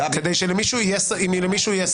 אם למישהו יש ספק,